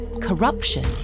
corruption